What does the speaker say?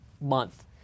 month